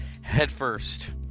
headfirst